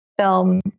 film